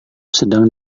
sedang